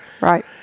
Right